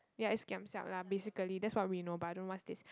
ya is giam siap lah basically that's what we know but I don't know what's this